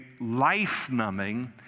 life-numbing